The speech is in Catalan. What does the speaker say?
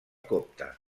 copta